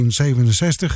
1967